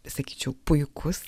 sakyčiau puikus